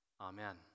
Amen